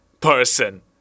person